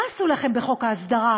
מה עשו לכם בחוק ההסדרה,